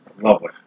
Lovely